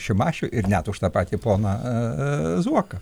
šimašių ir net už tą patį poną zuoką